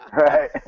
Right